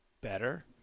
better